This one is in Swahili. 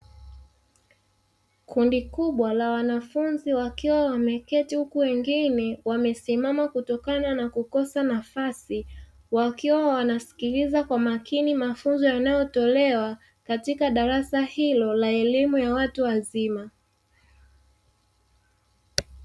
Kundi kubwa la wanafunzi wakiwa wameketi huku wengine wamesimama kutokana na kukosa nafasi, wakiwa wanasikiliza kwa makini mafunzo yanayotolewa katika darasa hilo la elimu ya watu wazima.